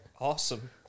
awesome